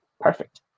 Perfect